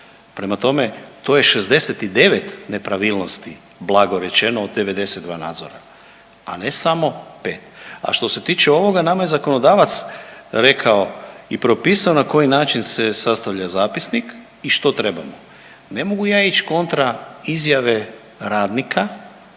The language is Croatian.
Prema tome to je 69 nepravilnosti blago rečeno od 92 nadzora, a ne samo pet. A što se tiče ovoga nama je zakonodavac rekao i propisao na koji način se sastavlja zapisnik i što trebamo. Ne mogu ja ić kontra izjave radnika